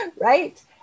right